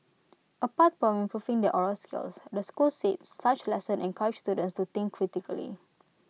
apart from improving their oral skills the school said such lesson encourage students to think critically